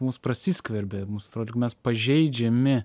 mus prasiskverbia mums atrodo lyg mes pažeidžiami